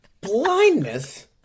Blindness